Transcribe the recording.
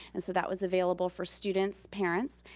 and so that was available for students, parents.